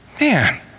Man